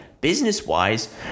business-wise